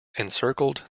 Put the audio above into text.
encircled